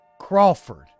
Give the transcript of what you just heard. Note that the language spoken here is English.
Crawford